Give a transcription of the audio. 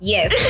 Yes